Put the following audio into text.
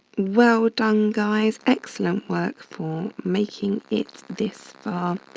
well done, guys. excellent work for making it this far.